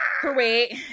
correct